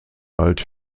bald